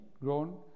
grown